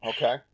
Okay